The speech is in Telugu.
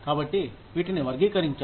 కాబట్టి వీటిని వర్గీకరించారు